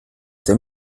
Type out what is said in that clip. der